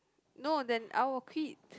no then I will quit